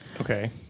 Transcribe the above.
okay